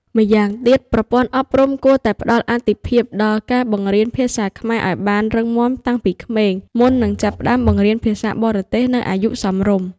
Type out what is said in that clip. ម្យ៉ាងទៀត ប្រព័ន្ធអប់រំគួរតែផ្តល់អាទិភាពដល់ការបង្រៀនភាសាខ្មែរឱ្យបានរឹងមាំតាំងពីក្មេង មុននឹងចាប់ផ្តើមបង្រៀនភាសាបរទេសនៅអាយុសមរម្យ។